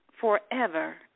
forever